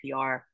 PR